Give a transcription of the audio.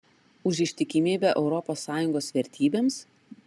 už ištikimybę europos sąjungos vertybėms